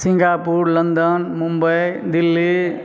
Singapore London Mumbai Delhi